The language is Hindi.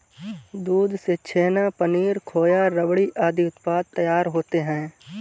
दूध से छेना, पनीर, खोआ, रबड़ी आदि उत्पाद तैयार होते हैं